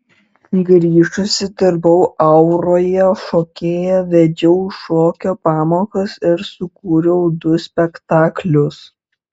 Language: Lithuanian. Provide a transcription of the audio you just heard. grįžusi dirbau auroje šokėja vedžiau šokio pamokas ir sukūriau du spektaklius